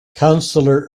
councillor